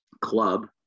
club